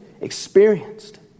experienced